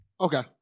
okay